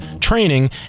training